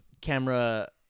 camera